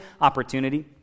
Opportunity